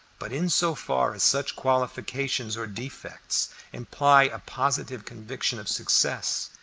but in so far as such qualifications or defects imply a positive conviction of success,